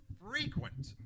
frequent